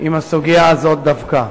עם הסוגיה הזאת דווקא.